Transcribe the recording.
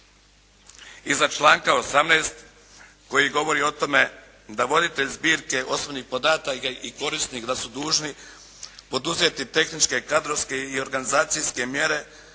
Iza članka 18. koji govori o tome da voditelj zbirke osobnih podataka i korisnik da su dužni poduzeti tehničke, kadrovske i organizacijske mjere